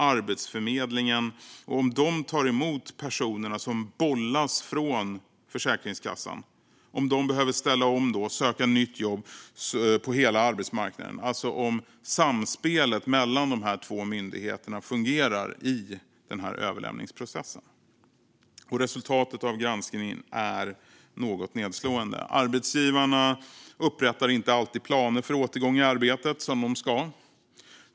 Arbetsförmedlingen - tar man emot de personer som bollas från Försäkringskassan om de behöver ställa om och söka nytt jobb på hela arbetsmarknaden? Fungerar samspelet mellan de två myndigheterna i denna överlämningsprocess? Resultatet av granskningen är något nedslående. Arbetsgivarna upprättar inte alltid planer för återgång i arbete som de ska.